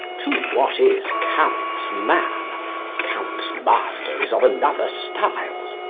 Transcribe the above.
to what is count's man count's master is of another style.